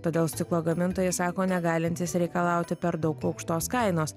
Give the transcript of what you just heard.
todėl stiklo gamintojai sako negalintys reikalauti per daug aukštos kainos